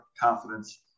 confidence